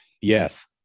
Yes